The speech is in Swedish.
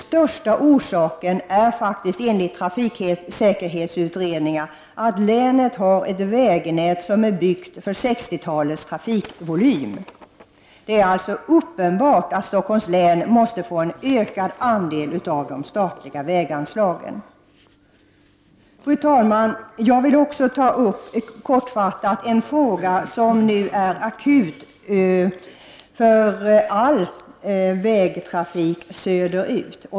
Största orsaken är enligt trafiksäkerhetsutredningar att länet har ett vägnät som är byggt för 1960-talets trafikvolym. Det är uppenbart att Stockholms län måste få en ökad andel av de statliga väganslagen. Fru talman! Jag vill också kortfattat ta upp en fråga som är akut för all vägtrafik söderut.